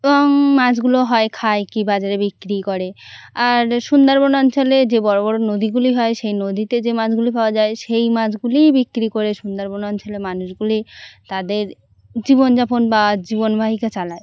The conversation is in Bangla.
এবং মাছগুলো হয় খায় কী বাজারে বিক্রি করে আর সুন্দরবন অঞ্চলে যে বড় বড় নদীগুলি হয় সেই নদীতে যে মাছগুলি পাওয়া যায় সেই মাছগুলিই বিক্রি করে সুন্দরবন অঞ্চলে মানুষগুলি তাদের জীবনযাপন বা জীবনবাহিকা চালায়